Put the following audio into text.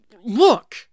Look